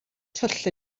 twll